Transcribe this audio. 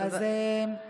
תודה רבה.